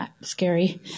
scary